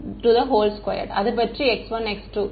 மாணவர் அது பற்றி x1 x2